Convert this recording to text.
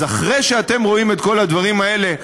אז אחרי שאתם רואים את כל הדברים האלה,